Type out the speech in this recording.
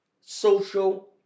social